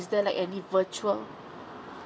there like any virtual